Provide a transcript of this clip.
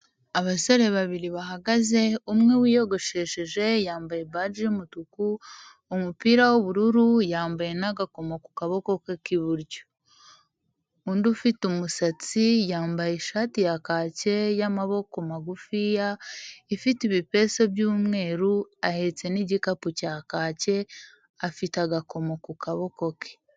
Abasore babiri bahagaze, umwe wiyogoshesheje yambaye baji y'umutuku, umupira w'ubururu, yambaye n'agakoma ku kaboko ke k'iburyo, undi ufite umusatsi yambaye ishati ya kake y'amaboko magufiya, ifite ibipesu by'umweru, ahetse n'igikapu cya kake, afite agakomo ku kaboko ke.